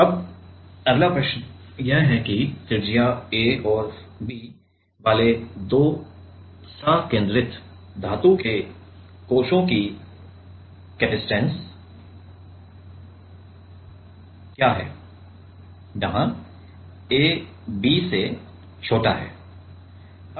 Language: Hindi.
अब अगला प्रश्न यह है कि त्रिज्या a और b वाले दो संकेंद्रित धातु के कोशों की धारिता जहां a b से छोटा है